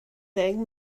ddeng